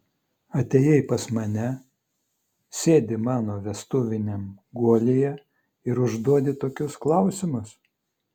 atėjai pas mane sėdi mano vestuviniam guolyje ir užduodi tokius klausimus